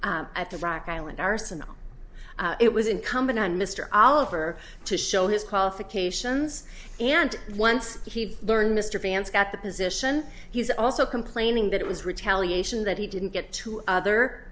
at the rock island arsenal it was incumbent on mr oliver to show his qualifications and once he learned mr vance at the position he's also complaining that it was retaliation that he didn't get to other